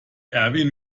erwin